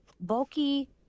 bulky